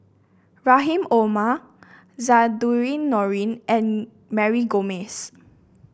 Rahim Omar Zainudin Nordin and Mary Gomes